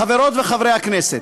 חברות וחברי הכנסת,